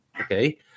Okay